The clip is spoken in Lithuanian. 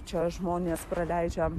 čia žmonės praleidžia